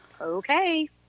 okay